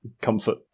comfort